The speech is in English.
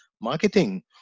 marketing